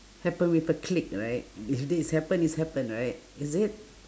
happen with a click right if this is happen is happen right is it